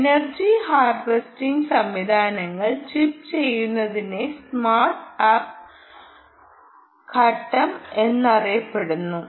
energy harvesting സംവിധാനങ്ങൾ chip ചെയ്യുന്നതിനെ start up ഘട്ടം എന്നറിയപ്പെടുന്നു